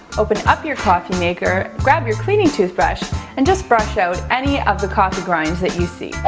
open up your coffee maker, grab your cleaning toothbrush and just brush out any of the coffee grinds that you see.